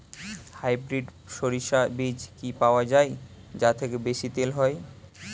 Hybrid শরিষা বীজ কি পাওয়া য়ায় যা থেকে বেশি তেল হয়?